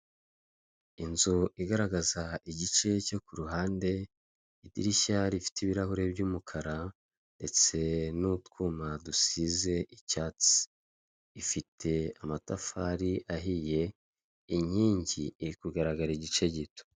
Inzu igaragaza igice cyo ku ruhande, idirishya rifite ibirahure by'umukara, ndetse n'utwuma dusize icyatsi. Ifite amatafari ahiye, inkingi iri kugaragara igice gito.